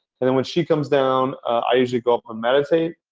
and and when she comes down, i usually go up and meditate.